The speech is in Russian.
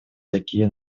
такие